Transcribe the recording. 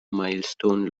milestone